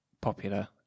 popular